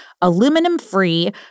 Aluminum-free